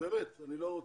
באמת אני לא רוצה,